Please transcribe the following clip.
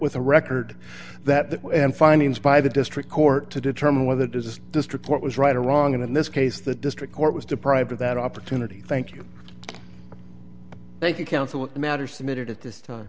with a record that the findings by the district court to determine whether does the district court was right or wrong in this case the district court was deprived of that opportunity thank you thank you counsel a matter submitted at this time